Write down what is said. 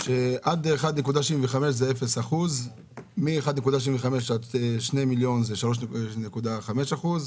שעד 1.75 מיליון זה אפס אחוזים,